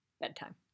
bedtime